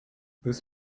this